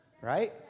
right